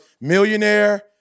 millionaire